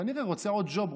כנראה רוצה עוד ג'וב,